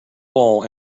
wall